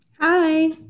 Hi